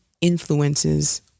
influences